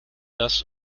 das